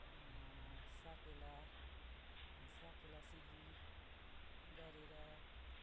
साकेला साकेला सिली गरेर